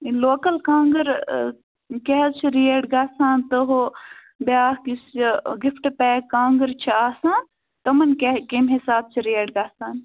یہِ لوکل کانٛگر کیاہ حظ چھِ ریٹ گَژھان تہٕ ہُہ بیاکھ یُس یہِ گفٹ پیک کانٛگر چھِ آسان تِمن کیاہ کمہِ حساب چھِ ریٹ گَژھان